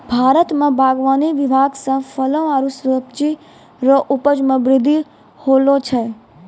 भारत मे बागवानी विभाग से फलो आरु सब्जी रो उपज मे बृद्धि होलो छै